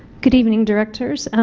good evening directors,